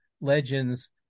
legends